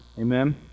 Amen